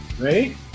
right